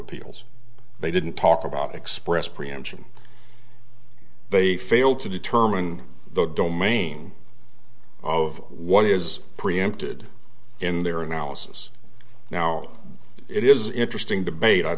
appeals they didn't talk about express preemption they failed to determine the domain of what is preempted in their analysis now it is interesting debate i